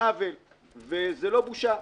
זה לא בושה,